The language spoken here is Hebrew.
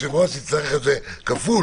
שאנחנו לא יודעים,